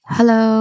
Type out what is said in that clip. Hello